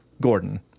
Gordon